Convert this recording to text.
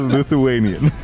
Lithuanian